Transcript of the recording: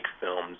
films